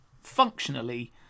functionally